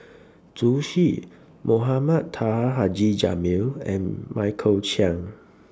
Zhu Xu Mohamed Taha Haji Jamil and Michael Chiang